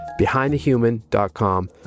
BehindTheHuman.com